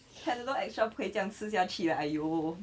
Panadol extra 不可以这样吃下去的 !aiyo!